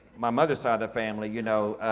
my mother's side of the family, you know